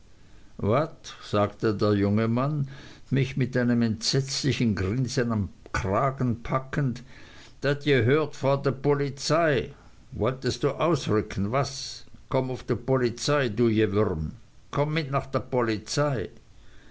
wat sagte der junge mann mich mit einem entsetzlichen grinsen am kragen packend dat jehört for de polizei wolltest ausrücken was komm uff de polizei du jewürm komm mit nach de polizei